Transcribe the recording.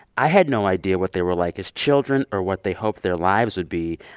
i had no idea what they were like as children or what they hoped their lives would be.